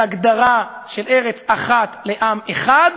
על הגדרה של ארץ אחת לעם אחד,